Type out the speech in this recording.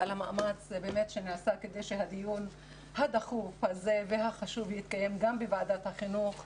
על המאמץ שנעשה כדי שהדיון הדחוף הזה והחשוב יתקיים גם בוועדת החינוך,